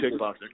kickboxing